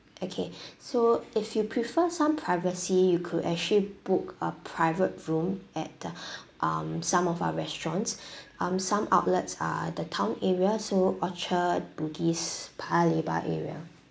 okay so if you prefer some privacy you could actually book a private room at the um some of our restaurants um some outlets are the town area so orchard bugis paya lebar area